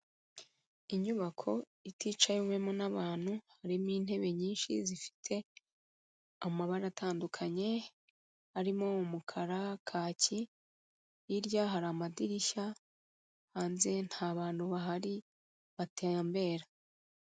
Inyubako iticawemo n'abantu, harimo intebe nyinshi zifite amabara atandukanye, arimo umukara, kaki, hirya hari amadirishya, hanze nta bantu bahari batembera.